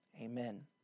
amen